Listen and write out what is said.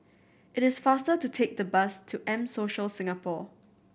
it is faster to take the bus to M Social Singapore